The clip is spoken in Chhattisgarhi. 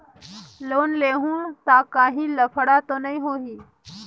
लोन लेहूं ता काहीं लफड़ा तो नी होहि?